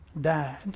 died